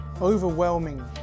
overwhelming